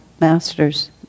masters